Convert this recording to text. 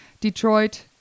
Detroit